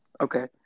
okay